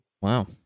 Wow